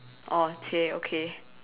orh chey okay